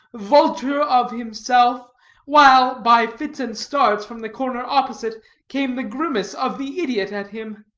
vulture of himself while, by fits and starts, from the corner opposite came the grimace of the idiot at him.